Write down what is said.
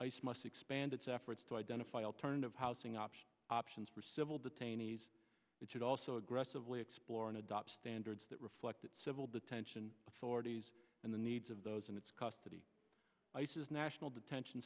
ice must expand its efforts to identify alternative housing options options for civil detainees it should also aggressively explore and adopt standards that reflect civil detention authorities and the needs of those in its custody ice's national detention